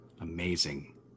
amazing